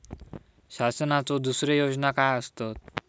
शासनाचो दुसरे योजना काय आसतत?